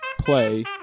play